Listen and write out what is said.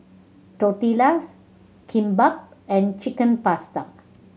Tortillas Kimbap and Chicken Pasta